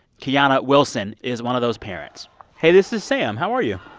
kiana wilson is one of those parents hey. this is sam. how are you?